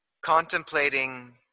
Contemplating